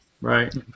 Right